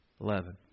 Eleven